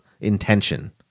intention